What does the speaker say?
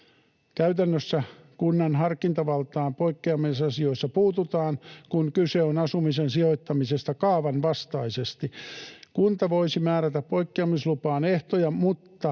Käytännössä kunnan harkintavaltaan poikkeamisasioissa puututaan, kun kyse on asumisen sijoittamisesta kaavan vastaisesti. Kunta voisi määrätä poikkeamislupaan ehtoja, mutta